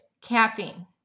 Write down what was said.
Caffeine